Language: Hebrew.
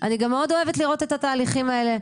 אני גם מאוד אוהבת לראות את התהליכים האלה.